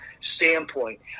standpoint